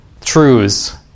truths